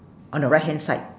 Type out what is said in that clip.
on the right hand side